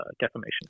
defamation